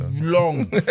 Long